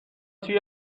توی